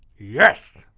yes!